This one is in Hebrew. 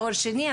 תואר שני,